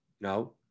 no